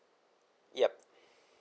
yup